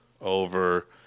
over